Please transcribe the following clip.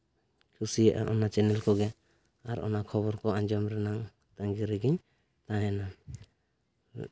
ᱠᱩᱥᱤᱭᱟᱜᱼᱟ ᱚᱱᱟ ᱪᱮᱱᱮᱞ ᱠᱚᱜᱮ ᱟᱨ ᱚᱱᱟ ᱠᱷᱚᱵᱚᱨ ᱟᱸᱡᱚᱢ ᱨᱮᱱᱟᱝ ᱛᱟᱺᱜᱤ ᱨᱮᱜᱤᱧ ᱛᱟᱦᱮᱱᱟ